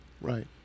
Right